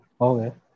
Okay